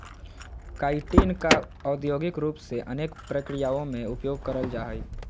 chitin का औद्योगिक रूप से अनेक प्रक्रियाओं में उपयोग करल जा हइ